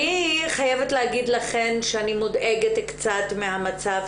אני חייבת להגיד לכן שאני מודאגת קצת מהמצב